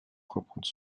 reprendre